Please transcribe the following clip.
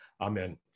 amen